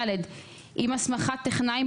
(ד)עם הסמכת טכנאי,